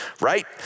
right